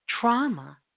trauma